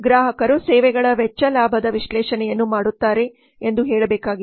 ಗ್ರಾಹಕರು ಸೇವೆಗಳ ವೆಚ್ಚ ಲಾಭದ ವಿಶ್ಲೇಷಣೆಯನ್ನು ಮಾಡುತ್ತಾರೆ ಎಂದು ಹೇಳಬೇಕಾಗಿಲ್ಲ